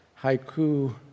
haiku